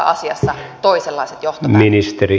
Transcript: arvoisa herra puhemies